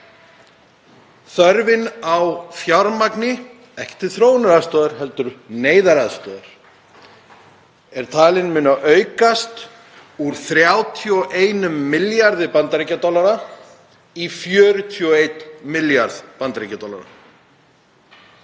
Þörfin á fjármagni, ekki til þróunaraðstoðar heldur neyðaraðstoðar, er talin munu aukast úr 31 milljarði bandaríkjadollara í 41 milljarð bandaríkjadollara.